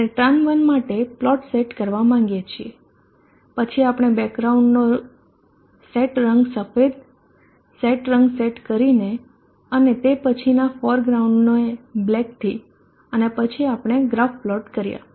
આપણે tran one માટે plot set કરવા માંગીએ છીએ પછી આપણે બેકગ્રાઉન્ડ નો સેટ રંગ સફેદ સેટ રંગ સેટ કરી અને તે પછીના ફોરગ્રાઉન્ડને બ્લેકથી અને પછી આપણે ગ્રાફ પ્લોટ કર્યા